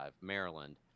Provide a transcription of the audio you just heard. Maryland